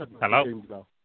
Hello